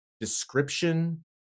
description